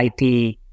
IP